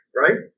right